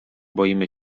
boimy